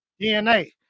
DNA